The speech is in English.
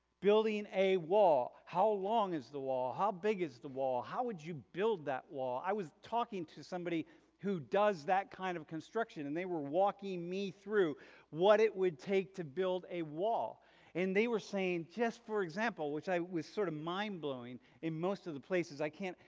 building a wall? how long is the wall? how big is the wall? how would you build that wall? i was talking to somebody who does that kind of construction and they were walking me through what it would take to build a wall and they were saying just for example, which it was sort of mind-blowing in most of the places i can't,